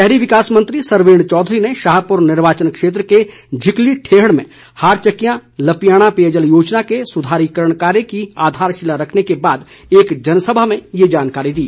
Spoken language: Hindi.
शहरी विकास मंत्री सरवीण चौधरी ने शाहपुर निर्वाचन क्षेत्र के झिकली ठेहड़ में हारचक्कियां लपियाणा पेयजल योजना के सुधारीकरण कार्य की आधारशिला रखने के बाद एक जनसभा में ये जानकारी दी